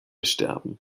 sterben